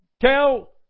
tell